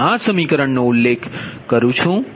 આ સમીકરણનો હું ઉલ્લેખ કરું છું